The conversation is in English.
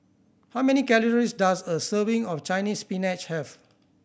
how many calories does a serving of Chinese Spinach have